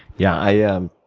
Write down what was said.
yeah yeah.